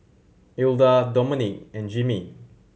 Ilda Domonique and Jimmie